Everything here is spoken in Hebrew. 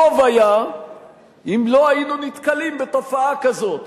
טוב היה אם לא היינו נתקלים בתופעה כזאת.